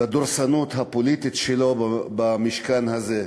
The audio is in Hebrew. בדורסנות הפוליטית שלו במשכן הזה.